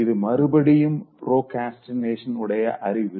இது மறுபடியும் பிராக்ரஸ்டினேஷன் உடைய அறிகுறி